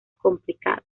complicado